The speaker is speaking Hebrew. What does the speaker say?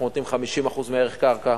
אנחנו נותנים 50% מערך קרקע,